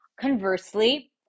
Conversely